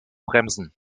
bremsen